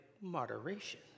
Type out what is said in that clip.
moderation